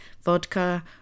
vodka